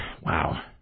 Wow